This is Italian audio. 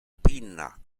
pinna